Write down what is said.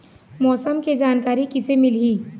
मौसम के जानकारी किसे मिलही?